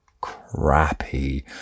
crappy